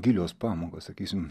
gilios pamokos sakysim